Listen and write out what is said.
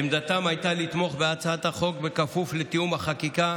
עמדתם הייתה לתמוך בהצעת החוק בכפוף לתיאום החקיקה